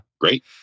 great